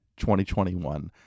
2021